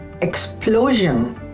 explosion